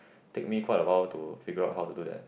take me quite a lot to figure out how to do that